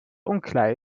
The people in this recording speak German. unklar